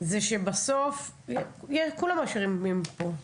זה שבסוף כולם אשמים פה,